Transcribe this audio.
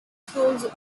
schools